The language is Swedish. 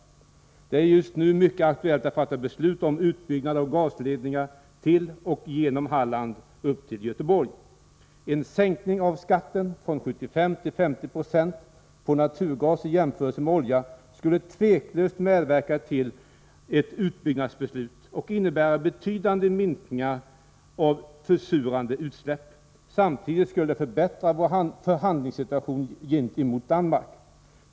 Det är just nu mycket aktuellt att fatta beslut om utbyggnad av gasledningar till och genom Halland upp till Göteborg. En sänkning av skatten från 75 till 50 96 på naturgas skulle vid en jämförelse med olja tveklöst medverka till ett utbyggnadsbeslut och innebära betydande minskningar av försurande utsläpp. Samtidigt skulle det förbättra vår förhandlingssituation gentemot Danmark.